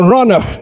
Runner